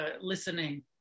listening